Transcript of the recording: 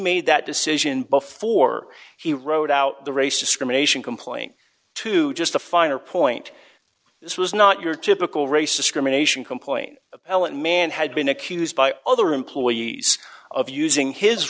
made that decision before he rode out the race discrimination complaint to just a finer point this was not your typical race discrimination complaint appellant man had been accused by other employees of using his